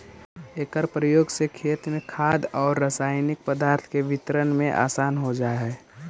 एकर प्रयोग से खेत में खाद औउर रसायनिक पदार्थ के वितरण में आसान हो जा हई